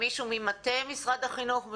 ממטה משרד החינוך,